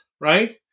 right